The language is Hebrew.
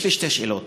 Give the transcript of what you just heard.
יש לי שתי שאלות.